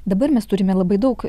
dabar mes turime labai daug